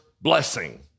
blessing